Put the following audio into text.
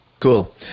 Cool